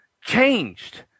changed